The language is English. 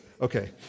Okay